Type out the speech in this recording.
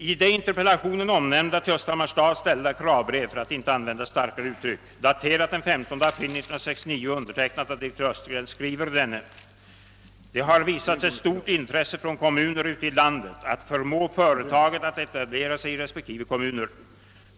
I det i interpellationen omnämnda till Östhammars stad ställda kravbrevet — för att inte använda ett starkare uttryck — som är daterat den 15 april 1969 och undertecknat av det ifrågavarande företagets direktör heter det: »Det har visats ett stort intresse från kommuner ute i landet att förmå företaget att etablera sig i respektive kommuner.